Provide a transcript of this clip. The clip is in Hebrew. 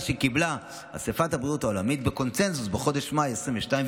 שקיבלה אספת הבריאות העולמית בקונצנזוס בחודש מאי 2022,